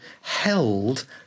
held